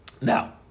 Now